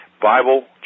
Bible